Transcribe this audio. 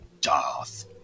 Darth